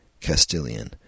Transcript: Castilian